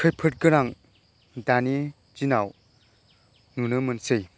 खैफोद गोनां दानि दिनाव नुनो मोनसै